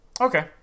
Okay